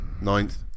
ninth